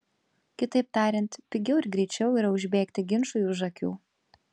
kitaip tariant pigiau ir greičiau yra užbėgti ginčui už akių